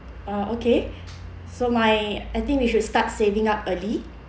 uh okay so my I think we should start saving up early